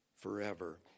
forever